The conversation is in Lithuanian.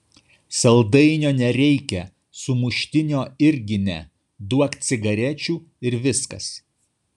saldainio nereikia sumuštinio irgi ne duok cigarečių ir viskas